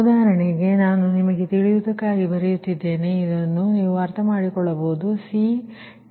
ಉದಾಹರಣೆಗೆ ನಾನು ನಿಮಗೆ ತಿಳಿಯುವುದಕ್ಕಾಗಿ ಬರೆಯುತ್ತಿದ್ದೇನೆ ಇದನ್ನು ನೀವು ಅರ್ಥಮಾಡಿಕೊಳ್ಳಬಹುದು